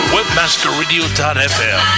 WebmasterRadio.fm